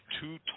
two